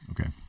Okay